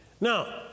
Now